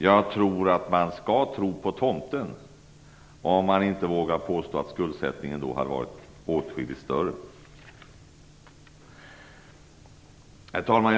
Jag tror att man skall tro på tomten om man inte vågar påstå att skuldsättningen då hade varit åtskilligt större. Herr talman!